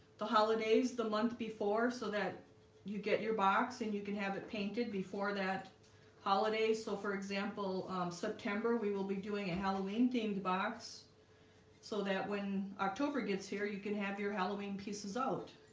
the holidays the month before so that you get your box and you can have it painted before that holiday, so for example september we will be doing a halloween themed box so that when october gets here you can have your halloween pieces out